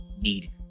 need